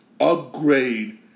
upgrade